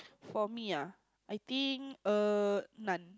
for me uh I think err none